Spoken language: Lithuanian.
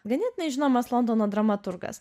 ganėtinai žinomas londono dramaturgas